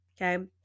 Okay